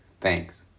Thanks